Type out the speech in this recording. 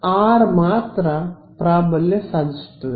ವಿದ್ಯಾರ್ಥಿ ಆರ್ ಮಾತ್ರ ಪ್ರಾಬಲ್ಯ ಸಾಧಿಸುತ್ತದೆ